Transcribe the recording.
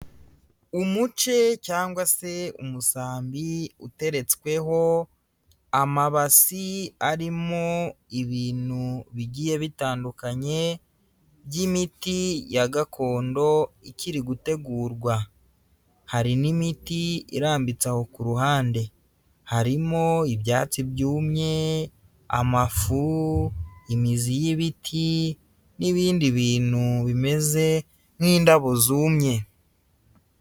Umuce cyangwa se umusambi uteretsweho amabasi arimo ibintu bigiye bitandukanye by'imiti ya gakondo ikiri gutegurwa, hari n'imiti irambitseho ku ruhande. Harimo ibyatsi byumye, amafu, imizi y'ibiti n'ibindi bintu bimeze nk'indabo zumye.